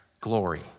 glory